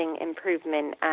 improvement